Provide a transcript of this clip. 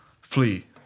Flee